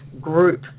group